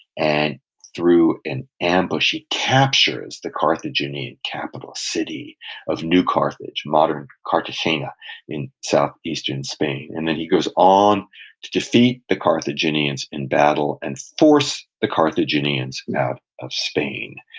and through an ambush, he captures the carthaginian capital city of new carthage, modern cartagena in southeastern spain. and then he goes on to defeat the carthaginians in battle and force the carthaginians out of spain,